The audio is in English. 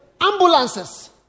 ambulances